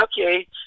Okay